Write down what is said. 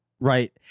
Right